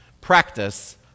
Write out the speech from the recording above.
Practice